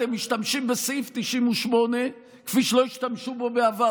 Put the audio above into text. אתם משתמשים בסעיף 98 כפי שלא השתמשו בו בעבר,